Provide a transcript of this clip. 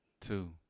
Two